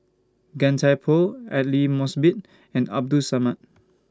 Gan Thiam Poh Aidli Mosbit and Abdul Samad